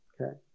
Okay